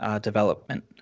development